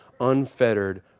unfettered